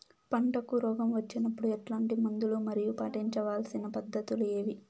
పంటకు రోగం వచ్చినప్పుడు ఎట్లాంటి మందులు మరియు పాటించాల్సిన పద్ధతులు ఏవి?